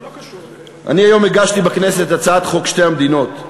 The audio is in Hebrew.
אני הגשתי היום בכנסת הצעת חוק שתי המדינות,